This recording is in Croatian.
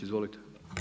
Izvolite.